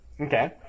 Okay